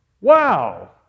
Wow